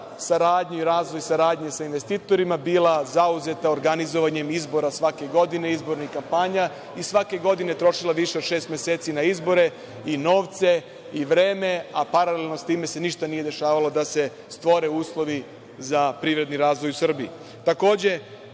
saradnju i razvoj saradnje sa investitorima, bilo zauzeto organizovanjem izbora svake godine i izbornih kampanja i svake godine trošilo više od šest meseci na izbore i novce i vreme, a paralelno s time se ništa nije dešavalo da se stvore uslovi za privredni razvoj u Srbiji. Takođe,